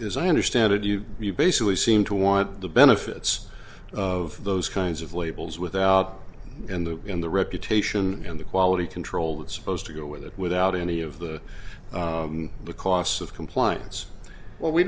as i understand it you basically seem to want the benefits of those kinds of labels without in the in the reputation and the quality control that supposed to go with it without any of the the costs of compliance well we